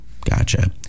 Gotcha